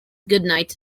goodnight